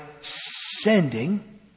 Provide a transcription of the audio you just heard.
sending